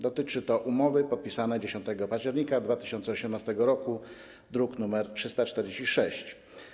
Dotyczy to umowy podpisanej 10 października 2018 r., druk nr 346.